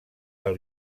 del